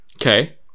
Okay